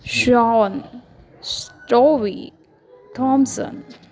Shawn Stowie Thompson